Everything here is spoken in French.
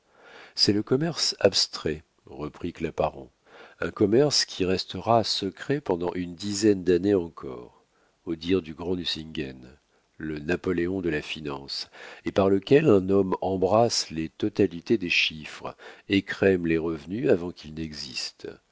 c'est le commerce abstrait reprit claparon un commerce qui restera secret pendant une dizaine d'années encore au dire du grand nucingen le napoléon de la finance et par lequel un homme embrasse les totalités des chiffres écrème les revenus avant qu'ils n'existent